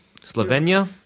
slovenia